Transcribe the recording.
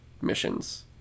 missions